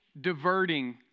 diverting